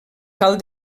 cal